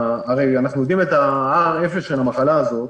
הרי אנחנו יודעים את ה-R אפס של המחלה הזאת,